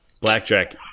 Blackjack